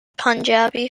punjabi